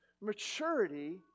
Maturity